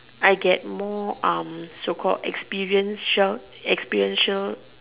I get more so called experience shout experiential